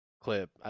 clip